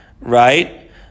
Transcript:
Right